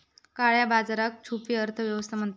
काळया बाजाराक छुपी अर्थ व्यवस्था म्हणतत